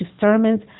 sermons